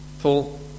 Paul